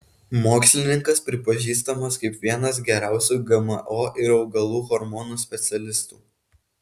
mokslininkas pripažįstamas kaip vienas geriausių gmo ir augalų hormonų specialistų